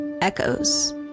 Echoes